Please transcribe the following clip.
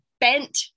bent